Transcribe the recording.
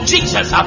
Jesus